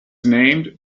named